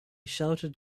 shouted